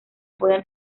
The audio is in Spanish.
pueden